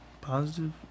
positive